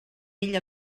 ell